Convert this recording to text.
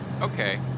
Okay